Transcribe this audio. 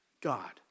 God